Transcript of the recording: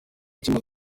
kimaze